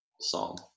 song